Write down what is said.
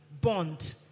bond